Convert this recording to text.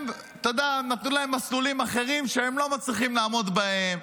ונתנו להם מסלולים אחרים שהם לא מצליחים לעמוד בהם,